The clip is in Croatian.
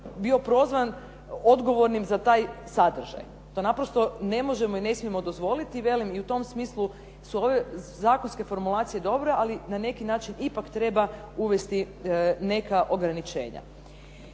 bio prozvan odgovornim za taj sadržaj. To naprosto ne možemo i ne smijemo dozvoliti. I velim i u tom smislu su ove zakonske formulacije dobre. Ali na neki način ipak treba uvesti neka ograničenja.